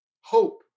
hope